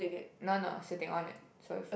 no no sitting on it so if